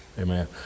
Amen